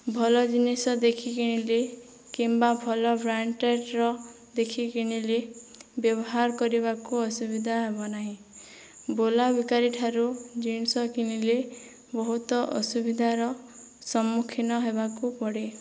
ଭଲ ଜିନିଷ ଦେଖି କିଣିଲି କିମ୍ବା ଭଲ ବ୍ରାଣ୍ଡେଡ଼ର ଦେଖି କିଣିଲି ବ୍ୟବହାର କରିବାକୁ ଅସୁବିଧା ହେବ ନାହିଁ ବୁଲା ବିକାଳିଠାରୁ ଜିନିଷ କିଣିଲେ ବହୁତ ଅସୁବିଧାର ସମ୍ମୁଖୀନ ହେବାକୁ ପଡ଼େ